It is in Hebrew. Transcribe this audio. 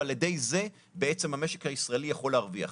ועל ידי זה בעצם המשק הישראלי יכול להרוויח.